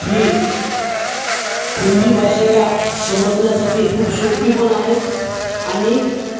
ही हिंदी भाषेला समजण्यासाठी खूप सोपी पण आहे आणि